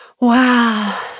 wow